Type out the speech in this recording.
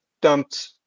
dumped